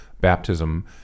baptism